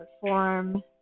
perform